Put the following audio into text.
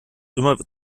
immer